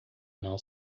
não